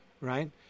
right